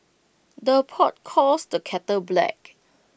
the pot calls the kettle black